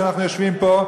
שאנחנו יושבים פה,